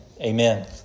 Amen